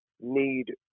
need